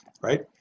Right